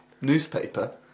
newspaper